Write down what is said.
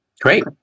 Great